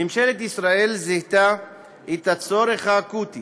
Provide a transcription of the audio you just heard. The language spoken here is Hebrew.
ממשלת ישראל זיהתה את הצורך האקוטי